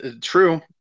True